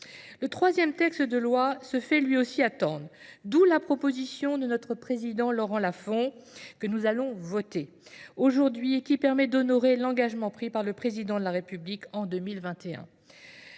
Le troisième texte de loi se fait lui aussi attendre, d'où la proposition de notre président Laurent Lafont que nous allons voter aujourd'hui et qui permet d'honorer l'engagement pris par le président de la République en 2021.